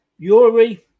Yuri